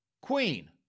queen